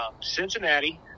Cincinnati